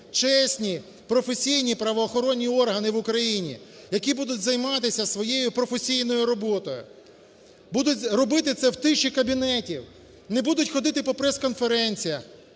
чесні, професійні правоохоронні органи в Україні, які будуть займатися своєю професійною роботою. Будуть робити це в тиші кабінетів. Не будуть ходити по прес-конференціях.